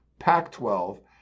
PAC12